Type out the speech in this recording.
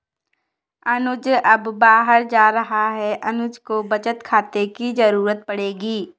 अनुज अब बाहर जा रहा है अनुज को बचत खाते की जरूरत पड़ेगी